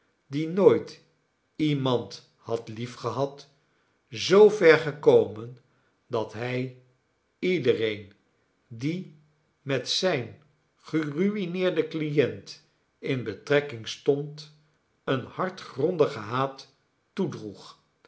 die nooit iemand had liefgehad zoover gekomen dat hij iedereen die met zijn geru'ineerden client in betrekking stond een hartgrondigen haat toedroeg